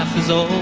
the